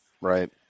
Right